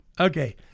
Okay